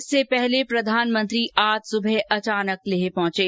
इससे पहले प्रधानमंत्री आज सुबह अचानक लेह पहुंचे